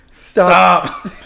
Stop